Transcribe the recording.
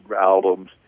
albums